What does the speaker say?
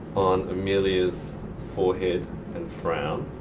on amelia's forehead and frown.